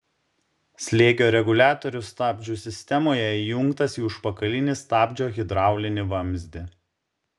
slėgio reguliatorius stabdžių sistemoje įjungtas į užpakalinį stabdžio hidraulinį vamzdį